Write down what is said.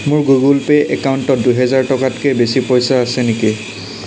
মোৰ Google Pay ৰ একাউণ্টত দুহেজাৰ টকাতকে বেছি পইচা আছে নেকি